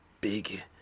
big